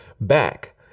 back